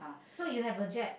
so you have a jab